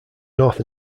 north